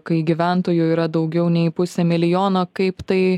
kai gyventojų yra daugiau nei pusė milijono kaip tai